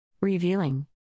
revealing